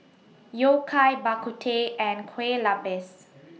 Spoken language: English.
Yao Cai Bak Kut Teh and Kueh Lapis